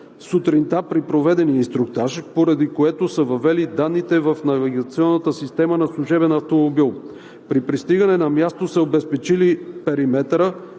сутринта при проведения инструктаж, поради което са въвели данните в навигационната система на служебен автомобил. При пристигане на място са обезпечили периметъра.